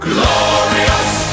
Glorious